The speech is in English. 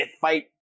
fight